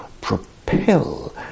propel